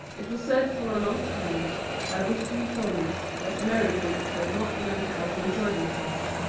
it was said for a long time by visiting foreigners that americans had not learned how to enjoy themselves.